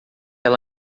ela